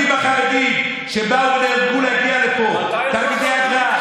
היהודים החרדים שבאו ונהרגו להגיע לפה תלמידי הגר"א,